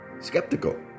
skeptical